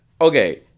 Okay